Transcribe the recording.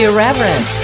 Irreverent